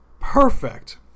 perfect